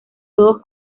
todos